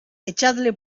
echadle